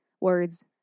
words